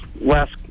last